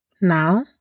Now